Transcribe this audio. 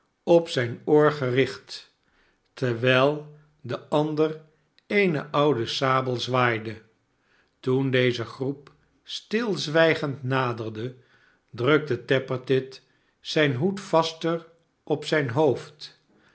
op zijn oor gericht terwijl de ander eene oude sabel zwaaide toen deze groep stilzwijgend naderde drukte tappertit zijn hoed vaster op zijn hoofd